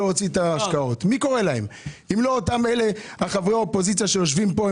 אם לא חברי האופוזיציה שיושבים פה.